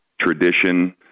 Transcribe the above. tradition